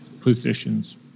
positions